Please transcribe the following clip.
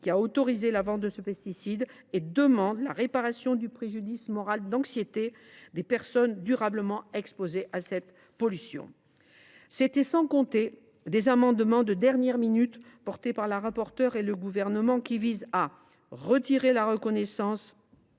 qui a autorisé la vente de ce pesticide, et demande la réparation du préjudice moral d’anxiété des personnes durablement exposées à cette pollution. Mais c’était sans compter des amendements de dernière minute, déposés par la rapporteure et le Gouvernement, visant notamment à retirer du texte la reconnaissance